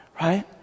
Right